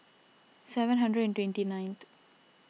seven hundred and twenty ninth